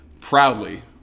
proudly